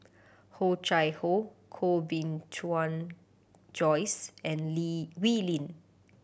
Oh Chai Hoo Koh Bee Tuan Joyce and Lee Wee Lin